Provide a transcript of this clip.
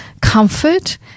comfort